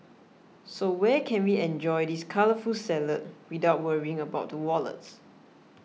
so where can we enjoy this colourful salad without worrying about the wallets